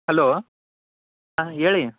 hello ಹಾಂ ಹೇಳಿ